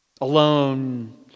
alone